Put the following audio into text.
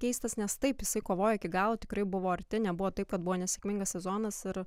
keistas nes taip jisai kovojo iki galo tikrai buvo arti nebuvo taip kad buvo nesėkmingas sezonas ir